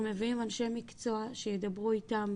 אנחנו מביאים אנשי מקצוע שידברו איתם,